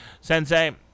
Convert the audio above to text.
Sensei